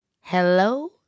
Hello